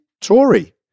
Tory